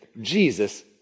Jesus